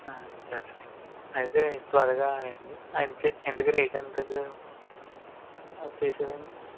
సరేనండి అయితే త్వరగా రండి ఇంతకి రేట్ ఎంతకు చేసారండి